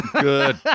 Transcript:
Good